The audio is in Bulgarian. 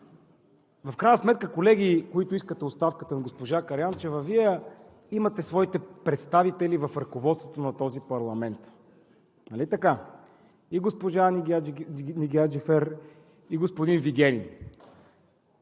В крайна сметка, колеги, които искате оставката на госпожа Караянчева, Вие имате свои представители в ръководството на този парламент, нали така, и госпожа Нигяр Джафер, и господин Вигенин.